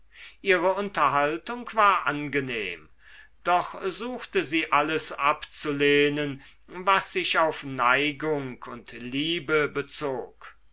ihre unterhaltung war angenehm doch suchte sie alles abzulehnen was sich auf neigung und liebe bezog